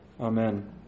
Amen